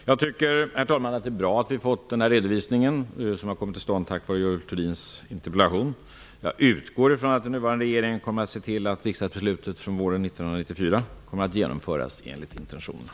Jag tycker, herr talman, att det är bra att vi har fått den redovisning som har kommit till stånd tack vare Görel Thurdins interpellation. Jag utgår från att den nuvarande regeringen kommer att se till att riksdagsbeslutet från våren 1994 genomförs enligt intentionerna.